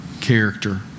character